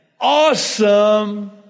awesome